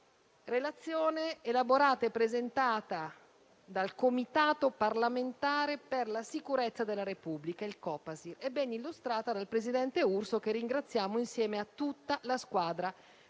stata elaborata e presentata dal Comitato parlamentare per la sicurezza della Repubblica e ben illustrata dal presidente Urso, che ringraziamo insieme a tutta la squadra